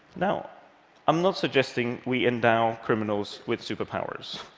now i'm not suggesting we endow criminals with superpowers,